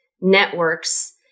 networks